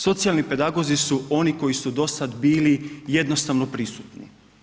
Socijalni pedagozi su oni koji su do sada bili jednostavno prisutni.